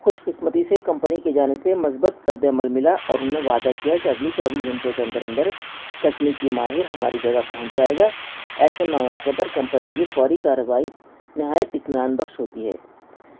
خوش قسمتی سے کمپنی کے جانب سے مثبت رد عمل ملا اور انھوں نے وعدہ کیا کہ اگلی چوبیس گھنٹوں کے اندر اندر تکنیکی ماہر ہماری جگہ پہنچ جائے گا ایسے مواقع پر کمپنی کی فوری کاروائی نہایت اطمان بخش ہوتی ہے